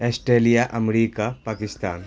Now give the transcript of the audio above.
Australia America Pakistan